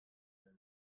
and